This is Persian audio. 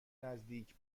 نزدیک